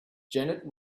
janet